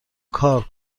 کار